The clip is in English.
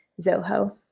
Zoho